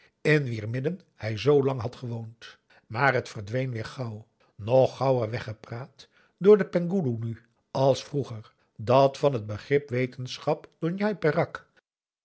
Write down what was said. in wier midden hij zoolang had gewoond maar het verdween weer gauw nog gauwer weggepraat door den penghoeloe nu als vroeger dat van het begrip wetenschap door njai peraq